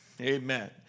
Amen